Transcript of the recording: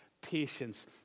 patience